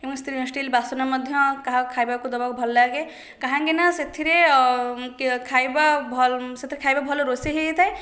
ଏବଂ ଷ୍ଟିଲ୍ ବାସନ ମଧ୍ୟ କାହାକୁ ଖାଇବାକୁ ଦେବାକୁ ଭଲ ଲାଗେ କାହିଁକିନା ସେଥିରେ ଖାଇବା ସେଥିରେ ଖାଇବା ଭଲ ରୋଷେଇ ହୋଇଯାଇଥାଏ